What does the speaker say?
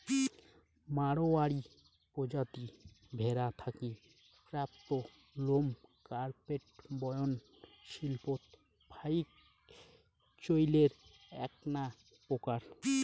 মাড়ওয়ারী প্রজাতি ভ্যাড়া থাকি প্রাপ্ত লোম কার্পেট বয়ন শিল্পত ফাইক চইলের এ্যাকনা প্রকার